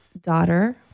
daughter